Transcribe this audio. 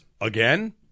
again